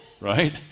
right